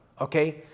okay